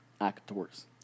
Actors